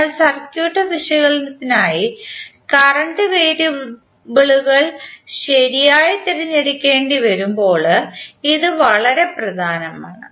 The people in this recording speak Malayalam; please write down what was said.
അതിനാൽ സർക്യൂട്ട് വിശകലനത്തിനായി കറന്റ് വേരിയബിളുകൾ ശരിയായി തിരഞ്ഞെടുക്കേണ്ടിവരുമ്പോൾ ഇത് വളരെ പ്രധാനമാണ്